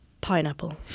pineapple